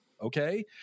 Okay